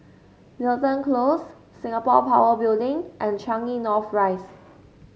Wilton Close Singapore Power Building and Changi North Rise